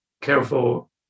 careful